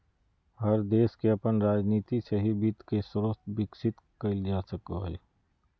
हर देश के अपन राजनीती से ही वित्त के स्रोत विकसित कईल जा सको हइ